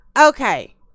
Okay